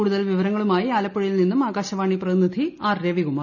കൂടുതൽ വിവരങ്ങളുമായി ആലപ്പുഴയിൽ നിന്നും ആകാശവാണി പ്രതിനിധി രവികുമാർ